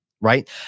right